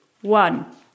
one